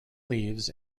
leaves